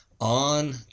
on